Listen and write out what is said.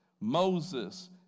Moses